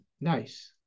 Nice